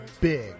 big